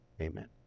amen